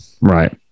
right